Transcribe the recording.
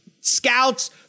scouts